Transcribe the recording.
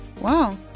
Wow